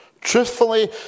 Truthfully